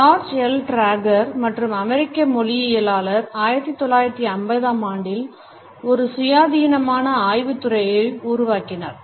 George L Trager மற்றும் அமெரிக்க மொழியியலாளர் 1950 ஆம் ஆண்டில் ஒரு சுயாதீனமான ஆய்வுத் துறையை உருவாக்கினார்